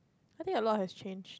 I think a lot has change